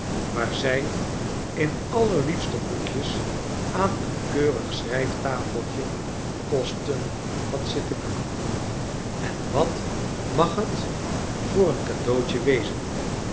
waar zij in allerliefste boekjes aan een keurig schrijftafeltje posten had zitten boeken en wat mag het vo or een cadeautje wezen